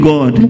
God